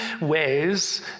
ways